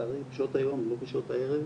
לצערי בשעות היום, לא בשעות הערב,